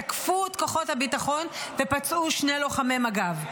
תקפו את כוחות הביטחון ופצעו שני לוחמי מג"ב.